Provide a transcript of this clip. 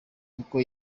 kuko